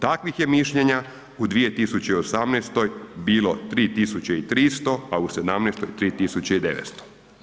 Takvih je mišljenja u 2018. bilo 3.300, a u '17. 3.900.